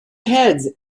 heads